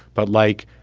but like,